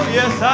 yes